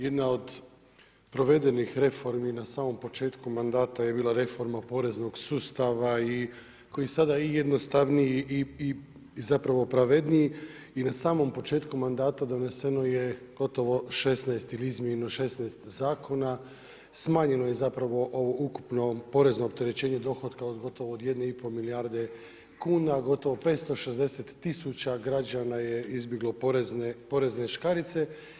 Jedna od provedenih reformi na samom početku mandata je bila reforma poreznog sustava koji sada i jednostavniji i pravedniji i na samom početku mandata doneseno je gotovo 16 ili izmijenjeno 16 zakona, smanjeno je o ukupnom poreznom opterećenju dohotka od gotovo 1,5 milijarde kuna, gotovo 560 tisuća građana je izbjeglo porezne škarice.